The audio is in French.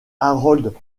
harold